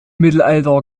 mittelalter